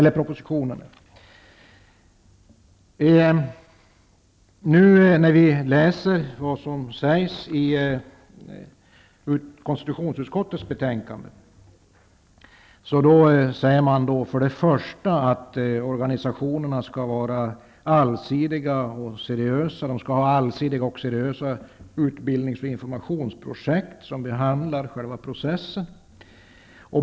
När vi nu läser vad som sägs i konstitionsutskottets betänkande säger man för det första att organisationerna skall vara allsidiga och seriösa. De skall ha allsidiga och seriösa utbildnings och informationsprojekt som behandlar själva processen.